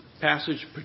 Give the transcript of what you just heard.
passage